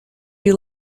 you